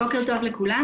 בוקר טוב לכולם.